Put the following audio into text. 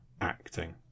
acting